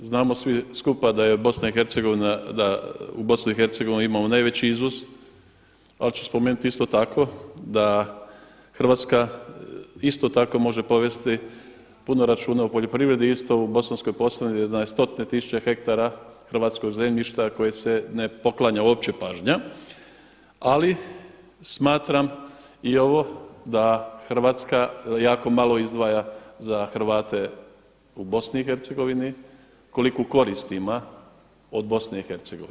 Znamo svi skupa da je BiH da u BiH imamo najveći izvoz ali ću spomenuti isto tako da Hrvatska isto tako može povesti puno računa o poljoprivredi isto u Bosanskoj Posavini je na stotine tisuće hektara hrvatskog zemljišta kojoj se ne poklanja uopće pažnja, ali smatram i ovo da Hrvatska jako malo izdvaja za Hrvate u BiH koliku korist ima od BiH.